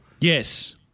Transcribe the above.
Yes